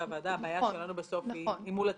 אבל הבעיה שלנו בסוף היא מול הציבור.